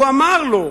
הוא אמר לו: